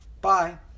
Bye